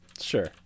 Sure